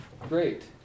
Great